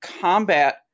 combat